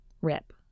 Rip